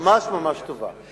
ממש ממש טובה.